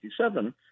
1957